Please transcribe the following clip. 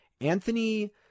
Anthony